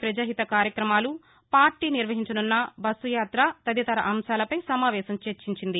ప్రజాహిత కార్యక్రమాలు పార్టీ నిర్వహించనున్న బస్సుయాత తదితర అంశాలపై సమావేశం చర్చించింది